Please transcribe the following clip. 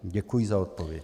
Děkuji za odpověď.